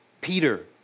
Peter